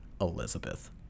Elizabeth